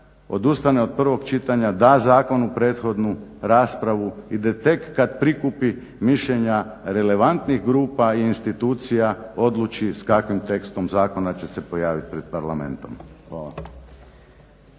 odustane od prvog čitanja, da zakon u prethodnu raspravu i da tek kad prikupi mišljenja relevantnih grupa i institucija odluči s kakvim tekstom zakona će se pojaviti pred Parlamentom.